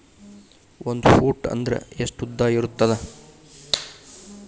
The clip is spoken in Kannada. ಒಂದು ಫೂಟ್ ಅಂದ್ರೆ ಎಷ್ಟು ಉದ್ದ ಇರುತ್ತದ?